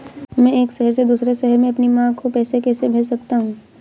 मैं एक शहर से दूसरे शहर में अपनी माँ को पैसे कैसे भेज सकता हूँ?